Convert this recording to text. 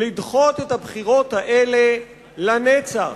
לדחות את הבחירות האלה לנצח.